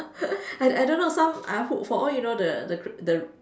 I I don't know some I hope for all you know the c~ the the